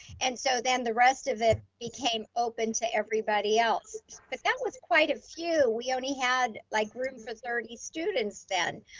and so then the rest of it became open to everybody else. but that was quite a few. we only had like room for thirty students then.